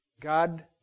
God